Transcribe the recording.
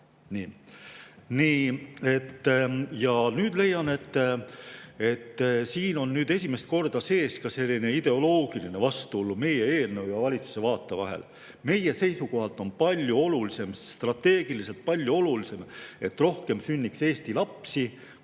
kaks aastat. Ma leian, et siin on nüüd esimest korda sees ka selline ideoloogiline vastuolu meie eelnõu ja valitsuse vaate vahel. Meie seisukohalt on palju olulisem, strateegiliselt palju olulisem, et sünniks rohkem Eesti lapsi,